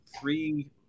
three